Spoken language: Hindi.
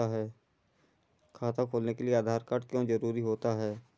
खाता खोलने के लिए आधार कार्ड क्यो जरूरी होता है?